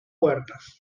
puertas